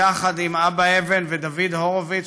יחד עם אבא אבן ודוד הורוביץ,